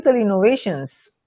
innovations